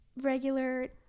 regular